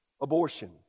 Abortion